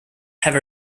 have